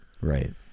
right